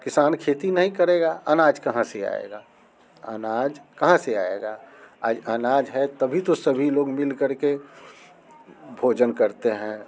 किसान खेती नहीं करेगा अनाज कहाँ से आएगा अनाज कहाँ से आएगा आज अनाज है तभी तो सभी लोग मिल करके भोजन करते हैं